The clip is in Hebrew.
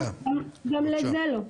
גם לזה לא.